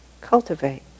cultivate